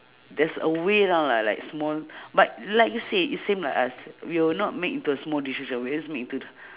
there's a way lah like small but like you said is same like us we will not make into a small decision we'll just make into th~